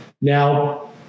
now